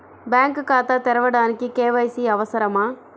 Bank ఖాతా తెరవడానికి KYC అవసరమా?